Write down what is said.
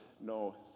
no